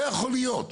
לא יכול להיות.